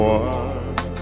one